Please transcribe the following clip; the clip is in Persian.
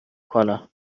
کنم